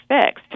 fixed